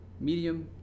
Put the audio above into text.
medium